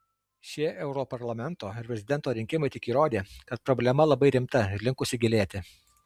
šie europarlamento ir prezidento rinkimai tik įrodė kad problema labai rimta ir linkusi gilėti